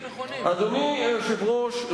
אדוני היושב-ראש,